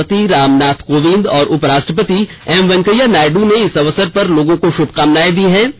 राष्ट्रपति रामनाथ कोविंद और उपराष्ट्रपति एम वेंकैया नायड ने इस अवसर पर लोगों को श्मकामनाए दी हैं